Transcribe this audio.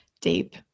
deep